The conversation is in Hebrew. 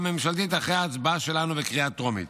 ממשלתית אחרי ההצבעה שלנו בקריאה הטרומית.